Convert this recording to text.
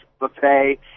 buffet